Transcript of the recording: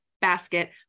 basket